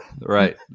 Right